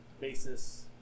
basis